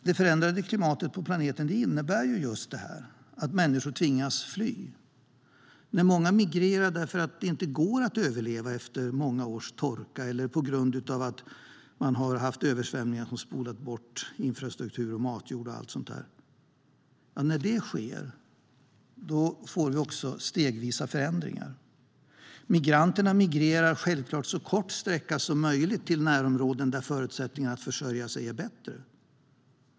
Det förändrade klimatet på planeten innebär just detta: att människor tvingas fly. När många migrerar därför att det inte går att överleva efter många års torka eller på grund av översvämningar som har spolat bort infrastruktur och matjord sker också stegvisa förändringar. Migranterna migrerar självklart så kort sträcka som möjligt till närområden där förutsättningarna att försörja sig är bättre.